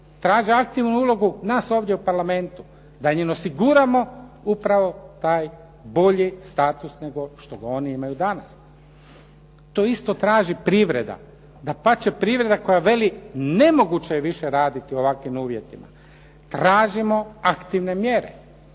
traže aktivnu ulogu nas ovdje u Parlamentu da im osiguramo upravo taj bolji status nego što ga oni imaju danas. To isto traži privreda, dapače privreda koja veli nemoguće je više raditi u ovakvim uvjetima. Tražimo aktivne mjere.